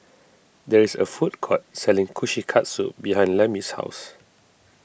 there is a food court selling Kushikatsu behind Lemmie's house